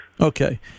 Okay